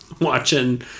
watching